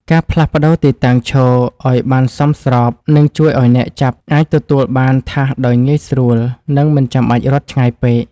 ការផ្លាស់ប្តូរទីតាំងឈរឱ្យបានសមស្របនឹងជួយឱ្យអ្នកចាប់អាចទទួលបានថាសដោយងាយស្រួល និងមិនចាំបាច់រត់ឆ្ងាយពេក។